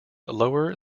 lower